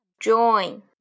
Join